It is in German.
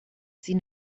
sie